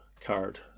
card